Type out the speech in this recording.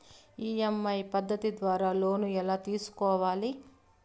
EMI పద్ధతి ద్వారా loan ఎలా తీసుకోవాలి